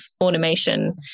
automation